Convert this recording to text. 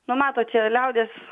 nu matot čia liaudies